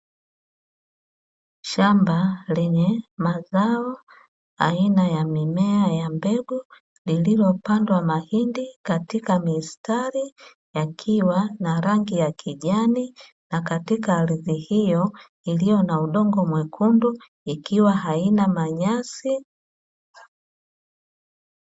Shamba lenye mazao aina ya mimea ya mbegu, lililopandwa mahindi katika mistari yakiwa na rangi ya kijani na katika ardhi hiyo iliyo na udongo mwekundu ikiwa aina manyasi.